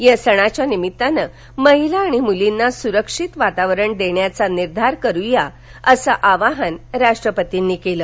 या सणाच्या निमित्तानं महिला आणि मुलींना सुरक्षित वातावरण देण्याचा निर्धार करुया असं आवाहन राष्ट्रपतींनी केलं